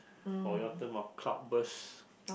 for your term of cloud burst